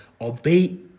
obey